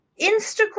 Instagram